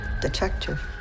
Detective